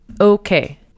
okay